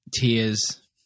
tears